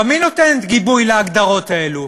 מי נותן גיבוי להגדרות האלה?